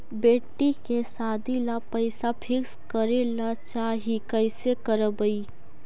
बेटि के सादी ल पैसा फिक्स करे ल चाह ही कैसे करबइ?